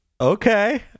Okay